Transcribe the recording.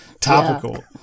topical